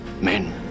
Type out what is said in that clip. Men